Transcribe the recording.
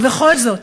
ובכל זאת,